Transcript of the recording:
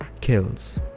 kills